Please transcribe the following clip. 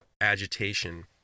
agitation